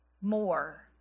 more